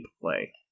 play